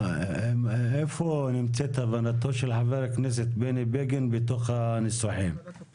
איפה נמצאת הבנתו של חבר הכנסת בני בגין בתוך הניסוחים?